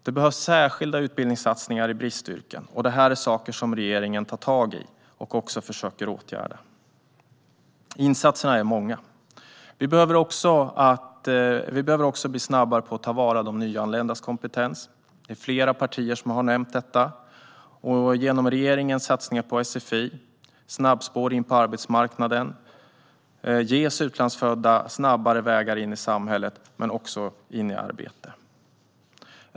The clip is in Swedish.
Det behövs särskilda utbildningssatsningar i bristyrken, och det här är saker som regeringen tar tag i och försöker åtgärda. Insatserna är många. Vi behöver också bli snabbare på att ta vara på de nyanländas kompetens. Flera partier har nämnt detta i dag. Genom regeringens satsningar på sfi och snabbspår in på arbetsmarknaden ges utlandsfödda snabbare vägar in i samhället och in i arbete.